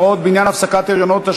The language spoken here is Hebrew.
הוראות בעניין הפסקת הריונות),